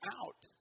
out